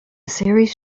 series